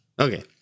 Okay